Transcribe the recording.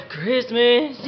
Christmas